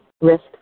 risk